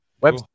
Web